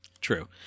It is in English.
True